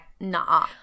nah